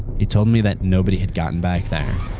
he told me that nobody had gotten back there.